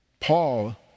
Paul